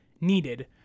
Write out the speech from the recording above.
needed